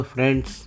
Friends